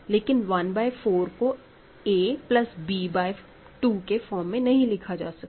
लेकिन 1 बाय 4 को a plus b by 2 के फॉर्म में नहीं लिखा जा सकता